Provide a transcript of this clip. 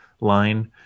line